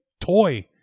toy